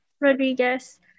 Rodriguez